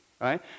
right